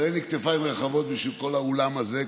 אבל אין לי כתפיים רחבות בשביל כל האולם הזה,